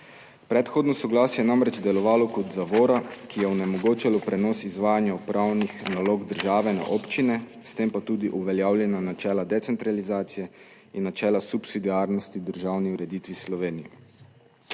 Predhodno soglasje je namreč delovalo kot zavora, ki je onemogočala prenos izvajanja upravnih nalog države na občine, s tem pa tudi uveljavljena načela decentralizacije in načela subsidiarnosti državni ureditvi Slovenije.